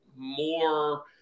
more